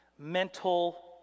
mental